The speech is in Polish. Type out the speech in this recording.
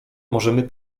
możemy